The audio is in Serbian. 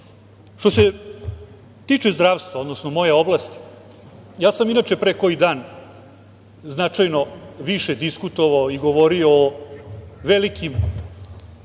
se tiče zdravstva, odnosno moje oblasti, ja sam, inače, pre koji dan značajno više diskutovao i govorio o velikim,